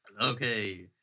Okay